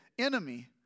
enemy